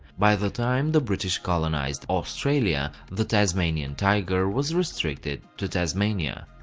by the time the british colonized australia, the tasmanian tiger was restricted to tasmania.